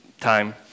time